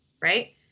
right